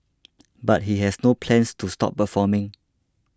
but he has no plans to stop performing